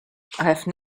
have